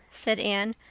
said anne.